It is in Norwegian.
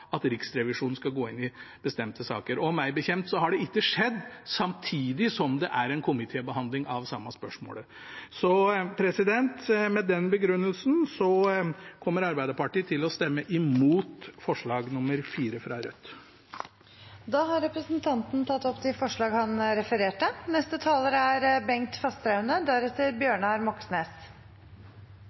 at Riksrevisjonen skal gå inn i bestemte saker. Og meg bekjent har det ikke skjedd samtidig med komitébehandling av samme spørsmål. Med den begrunnelsen kommer Arbeiderpartiet til å stemme mot forslag nr. 4, fra Rødt. Representanten Sverre Myrli har tatt opp de forslagene han refererte